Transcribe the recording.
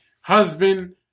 Husband